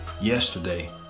yesterday